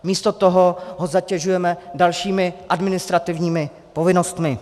Místo toho ho zatěžujeme dalšími administrativními povinnostmi.